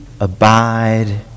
abide